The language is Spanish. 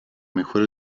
mejora